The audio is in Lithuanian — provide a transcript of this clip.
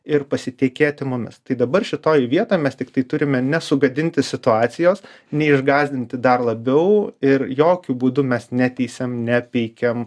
ir pasitikėti mumis tai dabar šitoj vietoj mes tiktai turime nesugadinti situacijos neišgąsdinti dar labiau ir jokiu būdu mes neteisiam nepeikiam